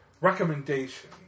recommendation